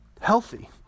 healthy